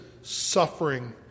suffering